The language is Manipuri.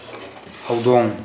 ꯍꯧꯗꯣꯡ